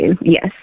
Yes